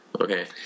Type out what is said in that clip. Okay